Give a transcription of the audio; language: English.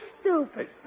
stupid